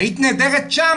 היית נהדרת שם,